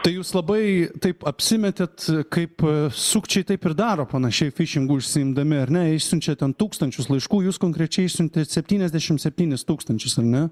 tai jūs labai taip apsimetėt kaip sukčiai taip ir daro panašiai fišingu užsiimdami ar ne išsiunčia ten tūkstančius laiškų jūs konkrečiai išsiuntėt septyniasdešim septynis tūkstančius ar ne